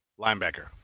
Linebacker